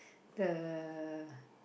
the